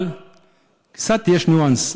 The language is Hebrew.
אבל יש ניואנס,